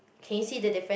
can you see the difference